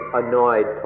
annoyed